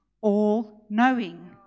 all-knowing